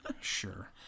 Sure